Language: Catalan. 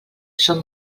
són